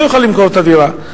והוא לא יוכל למכור את הדירה.